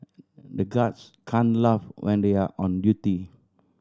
the guards can't laugh when they are on duty